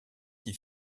qui